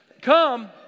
Come